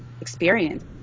experience